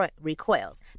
recoils